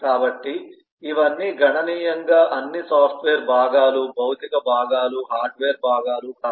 కాబట్టి ఇవన్నీ గణనీయంగా అన్ని సాఫ్ట్వేర్ భాగాలు భౌతిక భాగాలు హార్డ్వేర్ భాగాలు కాదు